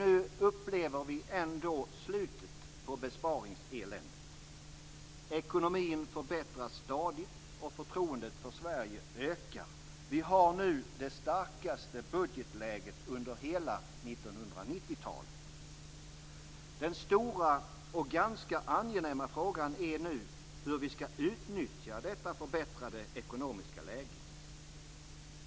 Nu upplever vi ändå slutet på besparingseländet. Ekonomin förbättras stadigt och förtroendet för Sverige ökar. Vi har nu det starkaste budgetläget under hela 1990-talet. Den stora och ganska angenäma frågan är nu hur vi skall utnyttja detta förbättrade ekonomiska läge.